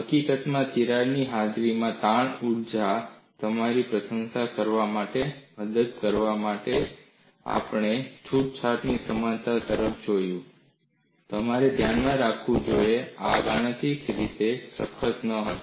હકીકતમાં તિરાડની હાજરીમાં તાણ ઊર્જાની તમારી પ્રશંસા કરવામાં મદદ કરવા માટે આપણે છૂટછાટ સમાનતા તરફ જોયું તમારે ધ્યાનમાં રાખવું જોઈએ આ ગાણિતિક રીતે સખત ન હતા